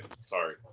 Sorry